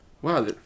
Wow